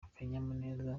akanyamuneza